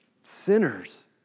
sinners